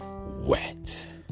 wet